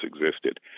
existed